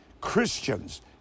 Christians